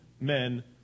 men